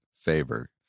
favor